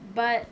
but